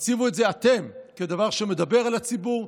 תציבו את זה אתם כדבר שמדבר אל הציבור.